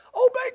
Obey